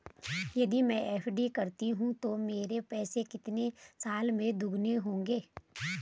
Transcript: यदि मैं एफ.डी करता हूँ तो मेरे पैसे कितने साल में दोगुना हो जाएँगे?